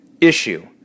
issue